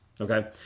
okay